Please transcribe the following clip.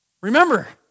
Remember